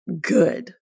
good